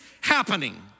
happening